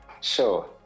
Sure